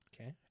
Okay